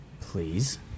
Please